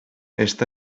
està